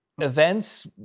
events